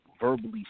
verbally